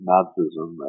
Nazism